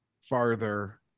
farther